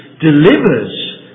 delivers